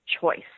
choice